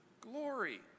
glory